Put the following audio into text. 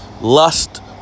Lust